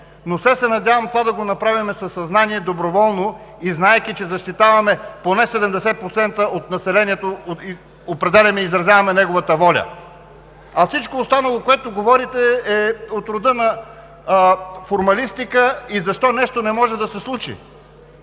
все се надявам това да го направим със съзнание, доброволно и знаейки, че защитаваме поне 70% от населението, определяме и изразяваме неговата воля. А всичко останало, което говорите, е от рода на формалистиката и защо нещо не може да се случи.